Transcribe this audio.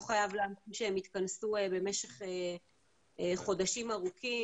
לא חייב להמתין שהם יתכנסו במשך חודשים ארוכים.